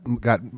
got